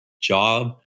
job